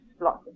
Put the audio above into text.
lots